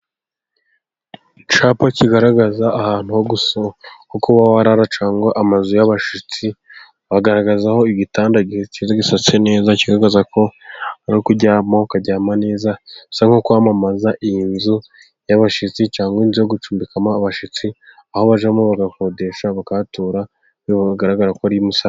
Icyapa kigaragaza ahantu ho kuba warara, cyangwa amazu y’abashyitsi, hagaragaza aho igitanda cyiza gishashe neza. Kigaragaza ko ari ukuryama, ukaryama neza. Bisa nko kwamamaza iyi nzu y’abashyitsi, cyangwa inzu yo gucumbikamo abashyitsi, aho bajyamo bagakodesha, bakahatura. Aho bigaragara ko ari i Musanze.